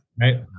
Right